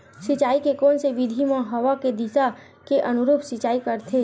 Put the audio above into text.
सिंचाई के कोन से विधि म हवा के दिशा के अनुरूप सिंचाई करथे?